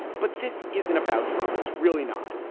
but this isn't about trump. it's really not.